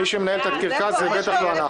מי שמנהל את הקרקס זה בטח לא אנחנו.